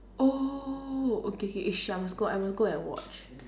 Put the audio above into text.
oh okay K shit I must go I must go and watch